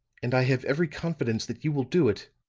and i have every confidence that you will do it.